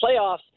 playoffs